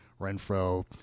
Renfro